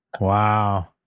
Wow